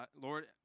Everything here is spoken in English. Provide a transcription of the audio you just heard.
Lord